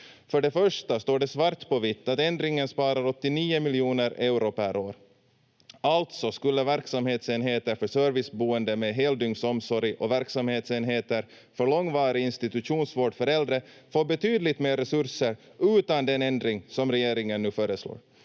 För det första står det svart på vitt att ändringen sparar 89 miljoner euro per år. Alltså skulle verksamhetsenheter för serviceboende med heldygnsomsorg och verksamhetsenheter för långvarig institutionsvård för äldre få betydligt mer resurser utan den ändring som regeringen nu föreslår,